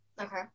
Okay